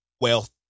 wealth